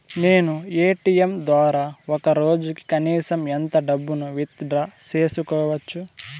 నేను ఎ.టి.ఎం ద్వారా ఒక రోజుకి కనీసం ఎంత డబ్బును విత్ డ్రా సేసుకోవచ్చు?